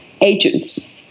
agents